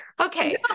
Okay